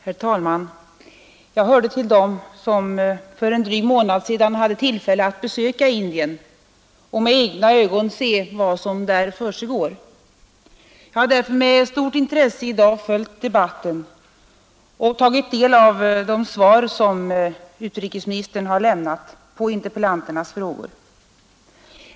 Herr talman! Jag hörde till dem som för en dryg månad sedan hade tillfälle att besöka Indien och med egna ögon se vad som där försiggår. Därför har jag med stort intresse i dag följt debatten och tagit del av de svar som utrikesministern har lämnat på interpellanternas frågor.